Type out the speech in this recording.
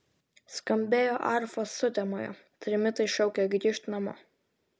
skambėjo arfos sutemoje trimitai šaukė grįžt namo